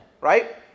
right